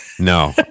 No